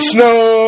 Snow